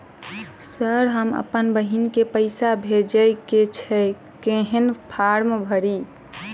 Sir हम अप्पन बहिन केँ पैसा भेजय केँ छै कहैन फार्म भरीय?